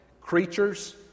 creatures